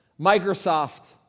Microsoft